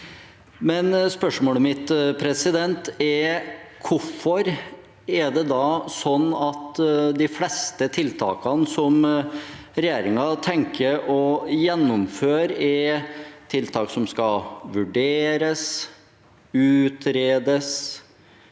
men spørsmålet mitt er: Hvorfor er det da sånn at de fleste tiltakene som regjeringen tenker å gjennomføre, er tiltak som skal «vurderes», «utredes»,